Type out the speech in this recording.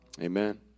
amen